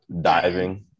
diving